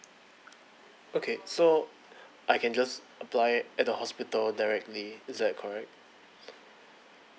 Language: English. okay so I can just apply at the hospital directly is that correct